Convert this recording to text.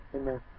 Amen